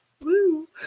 Woo